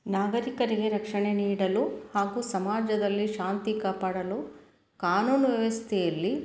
ನಾಗರಿಕರಿಗೆ ರಕ್ಷಣೆ ನೀಡಲು ಹಾಗೂ ಸಮಾಜದಲ್ಲಿ ಶಾಂತಿ ಕಾಪಾಡಲು ಕಾನೂನು ವ್ಯವಸ್ಥೆಯಲ್ಲಿ